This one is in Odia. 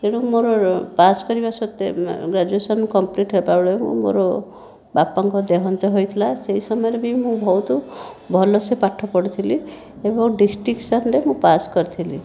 ତେଣୁ ମୋର ପାସ୍ କରିବା ସତ୍ତ୍ଵେ ଗ୍ରାଜୁଏସନ କମ୍ପ୍ଲିଟ୍ ହେବା ବେଳେ ମୁଁ ମୋର ବାପାଙ୍କ ଦେହାନ୍ତ ହୋଇଥିଲା ସେହି ସମୟରେ ବି ମୁଁ ବହୁତ ଭଲସେ ପାଠ ପଢ଼ିଥିଲି ଏବଂ ଡିଷ୍ଟିଂକ୍ସନରେ ମୁଁ ପାସ୍ କରିଥିଲି